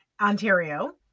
Ontario